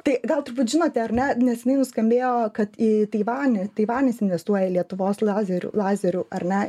tai gal turbūt žinote ar ne neseniai nuskambėjo kad į taivanį taivanis investuoja į lietuvos lazerių lazerių ar ne